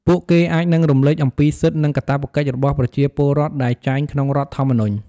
ពួកគេអាចនឹងរំលេចអំពីសិទ្ធិ និងកាតព្វកិច្ចរបស់ប្រជាពលរដ្ឋដែលចែងក្នុងរដ្ឋធម្មនុញ្ញ។